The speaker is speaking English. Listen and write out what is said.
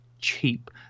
cheap